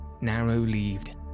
narrow-leaved